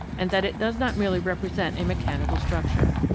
and that it does not merely represent a mechanical structure.